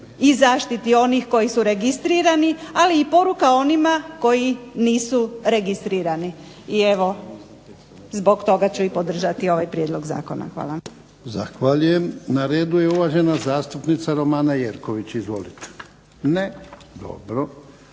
i zaštiti onih koji su registrirani, ali i poruka onima koji nisu registrirani. I evo zbog toga ću i podržati ovaj prijedlog zakona. Hvala.